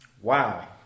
Wow